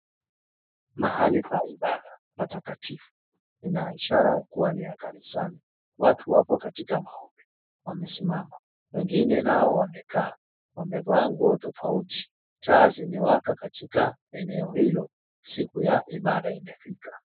Mahali pa ibada, patakatifu. Ina ishara kuwa ni ya kanisani. Watu wapo katika maombi wamesimama, wengine nao wamekaa. Wamevaa nguo tofauti. Taa zimewaka katika eneo hilo. Siku ya ibada imefika.